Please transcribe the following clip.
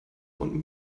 und